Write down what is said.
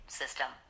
system